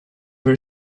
her